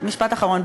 משפט אחרון.